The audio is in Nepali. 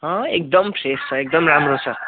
अँ एकदम फ्रेस छ एकदम राम्रो छ